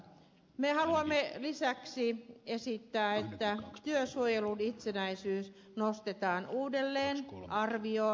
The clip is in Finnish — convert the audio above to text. me haluamme lisäksi esittää että työsuojelun itsenäisyys nostetaan uudelleen arvioon